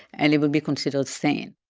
and it would be considered sane?